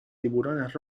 tiburones